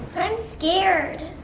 i'm scared.